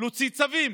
להוציא צווים.